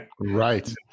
right